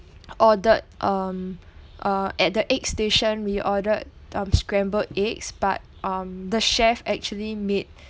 ordered um uh at the egg station we ordered mm scrambled eggs but um the chef actually made